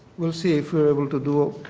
will see if we are able to do it.